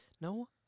No